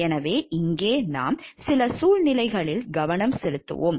எனவே இங்கே நாம் சில சூழ்நிலைகளில் கவனம் செலுத்துவோம்